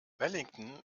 wellington